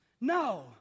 No